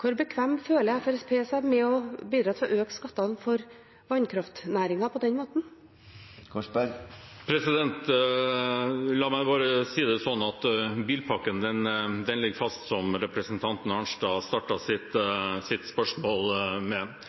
Hvor bekvem føler Fremskrittspartiet seg med å bidra til å øke skattene for vannkraftnæringen på den måten? La meg bare si at bilpakken ligger fast – som representanten startet sitt spørsmål med.